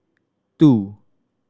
two